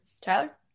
Tyler